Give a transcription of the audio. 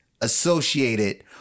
associated